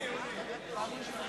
נתקבלה.